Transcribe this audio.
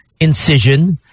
incision